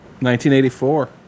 1984